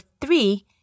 three